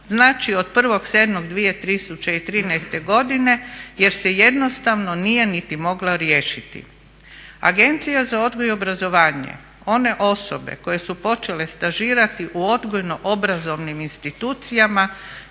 znači od 1.7.2013. godine jer se jednostavno nije niti moglo riješiti. Agencija za odgoj i obrazovanje one osobe koje su počele stažirati u odgojno obrazovnim institucijama